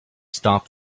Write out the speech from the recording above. stop